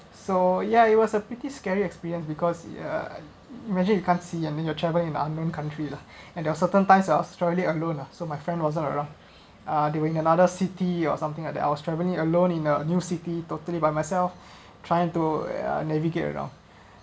so ya it was a pretty scary experience because uh imagine you can't see and then you're traveling in unknown country lah and there was certain times I was solely alone lah so my friend wasn't around uh they were in another city or something like that I was traveling alone in a new city totally by myself trying to navigate around